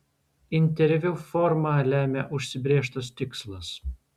interviu formą lemia užsibrėžtas tikslas